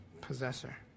possessor